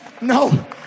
No